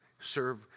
serve